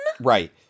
Right